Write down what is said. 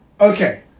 Okay